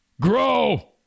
grow